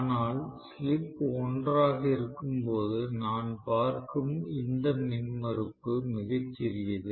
ஆனால் ஸ்லிப் 1 ஆக இருக்கும் போது நான் பார்க்கும் இந்த மின்மறுப்பு மிகச் சிறியது